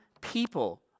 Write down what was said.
people